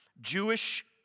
Jewish